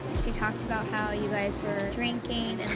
she talked about how you guys were drinking and